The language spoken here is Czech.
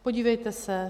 Podívejte se.